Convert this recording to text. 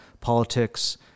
politics